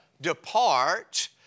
depart